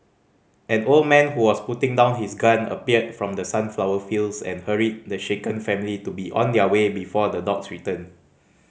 an old man who was putting down his gun appeared from the sunflower fields and hurried the shaken family to be on their way before the dogs return